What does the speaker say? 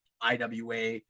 iwa